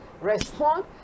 Respond